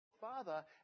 Father